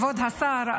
כבוד השר,